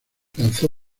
lanzó